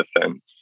Defense